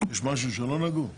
יש משהו שלא נגעו בו?